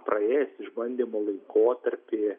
praėjęs išbandymo laikotarpį